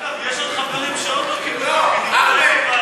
יש עוד חברים שעוד לא קיבלו תפקידים.